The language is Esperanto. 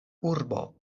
urbo